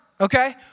okay